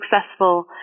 successful